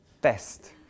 best